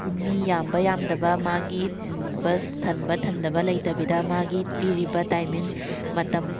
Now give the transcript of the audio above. ꯃꯤ ꯌꯥꯝꯕ ꯌꯥꯝꯗꯕ ꯃꯥꯒꯤ ꯕꯁ ꯊꯟꯕ ꯊꯟꯗꯕ ꯂꯩꯇꯕꯤꯗ ꯃꯥꯒꯤ ꯄꯤꯔꯤꯕ ꯇꯥꯏꯃꯤꯡ ꯃꯇꯝ